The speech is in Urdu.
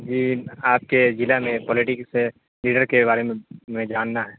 جی آپ کے ضلع میں پولیٹکس لیڈر کے بارے میں میں جاننا ہے